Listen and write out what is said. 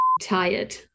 tired